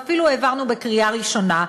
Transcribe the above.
ואפילו העברנו בקריאה ראשונה,